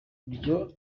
ryo